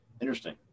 Interesting